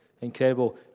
Incredible